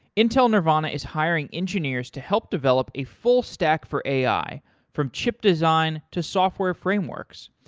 intel nervana is hiring engineers to help develop a full stack for ai from chip design to software frameworks.